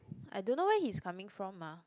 I don't know where he's coming from mah